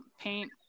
paint